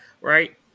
right